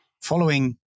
following